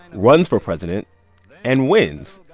runs for president and wins,